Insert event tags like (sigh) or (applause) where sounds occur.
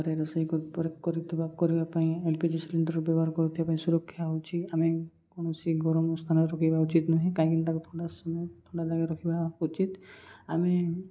ଘରେ ରୋଷେଇ (unintelligible) କରିବା ପାଇଁ ଏଲ୍ ପି ଜି ସିଲିଣ୍ଡର୍ ବ୍ୟବହାର କରୁଥିବା ପାଇଁ ସୁରକ୍ଷା ହଉଛି ଆମେ କୌଣସି ଗରମ ସ୍ଥାନରେ ରଖିବା ଉଚିତ୍ କାହିଁକିନା ତାକୁ ଥଣ୍ଡା ସମୟ ଥଣ୍ଡା ଜାଗାରେ ରଖିବା ଉଚିତ୍ ଆମେ